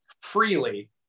freely